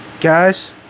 guys